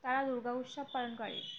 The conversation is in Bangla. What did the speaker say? তারা দুর্গা উৎসব পালন করে